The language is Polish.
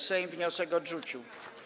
Sejm wniosek odrzucił.